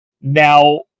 Now